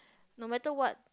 no matter what